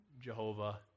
Jehovah